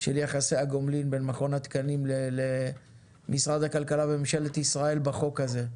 של יחסי הגומלין בין מכון התקנים למשרד הכלכלה וממשלת ישראל בחוק הזה.